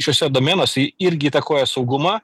šiuose domenuose irgi įtakoja saugumą